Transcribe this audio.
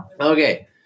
Okay